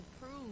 prove